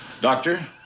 doctor